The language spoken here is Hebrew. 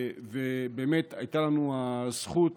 ובאמת הייתה לנו הזכות